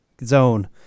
zone